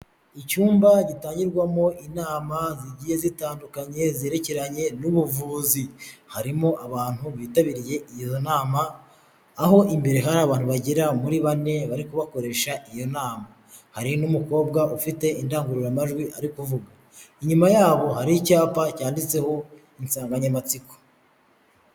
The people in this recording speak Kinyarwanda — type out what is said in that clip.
Icyumba gitangirwamo inama zigiye zitandukanye zerekeranye n'ubuvuzi, harimo abantu bitabiriye iyo nama aho imbere hari abantu bagera muri bane bari kubakoresha iyo nama, hari n'umukobwa ufite indangururamajwi ari kuvuga, inyuma yabo hari icyapa cyanditseho insanganyamatsiko.